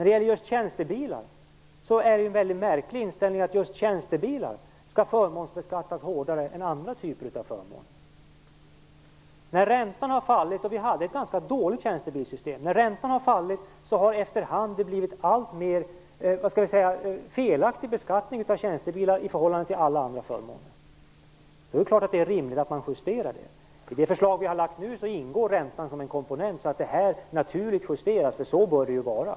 Det är en märklig inställning att just tjänstebilar skall förmånsbekattas hårdare än andra typer av förmåner. När räntan har fallit har beskattningen av tjänstebilar efterhand blivit alltmer felaktig i förhållande till andra alla förmåner. I det förslag som ni har lagt fram ingår räntan som en komponent, så att detta justeras naturligt. Så bör det vara.